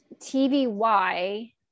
TVY